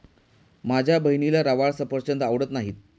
माझ्या बहिणीला रवाळ सफरचंद आवडत नाहीत